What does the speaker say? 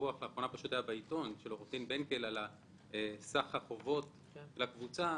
דיווח של עורך דין בנקל על סך החובות של הקבוצה.